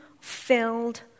filled